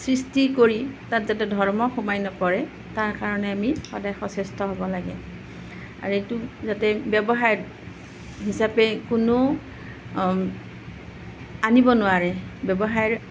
সৃষ্টি কৰি তাত যাতে ধৰ্ম সোমাই নপৰে তাৰ কাৰণে আমি সদায় সচেষ্ট হ'ব লাগে আৰু এইটো যাতে ব্যৱসায় হিচাপে কোনো আনিব নোৱাৰে ব্যৱসায়ৰ